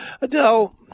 adele